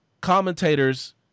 Commentators